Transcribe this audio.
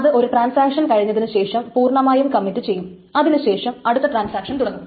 അത് ഒരു ട്രാൻസാക്ഷൻ കഴിഞ്ഞതിനുശേഷം പൂർണ്ണമായും കമ്മിറ്റ് ചെയ്യും അതിനു ശേഷം അടുത്ത ട്രാൻസാക്ഷൻ തുടങ്ങും